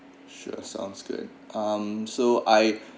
sure sounds good um so I